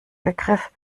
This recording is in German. begriff